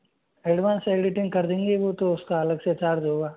advance editing कर देंगे वो तो उसका अलग से चार्ज होगा